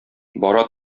бара